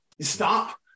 stop